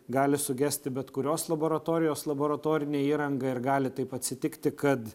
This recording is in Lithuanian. gali sugesti bet kurios laboratorijos laboratorinė įranga ir gali taip atsitikti kad